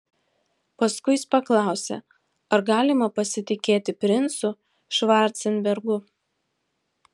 paskui jis paklausė ar galima pasitikėti princu švarcenbergu